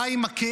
די עם הכאב,